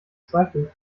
zweifel